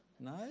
No